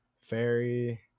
Fairy